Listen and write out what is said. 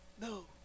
No